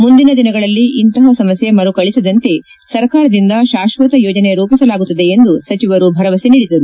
ಮುಂದಿನ ದಿನಗಳಲ್ಲಿ ಇಂಥ ಸಮಸ್ಥೆ ಮರುಕಳಸದಂತೆ ಸರ್ಕಾರದಿಂದ ಶಾಶ್ವತ ಯೋಜನೆ ರೂಪಿಸಲಾಗುತ್ತದೆ ಎಂದೂ ಸಚಿವರು ಭರವಸೆ ನೀಡಿದರು